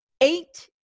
eight